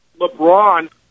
LeBron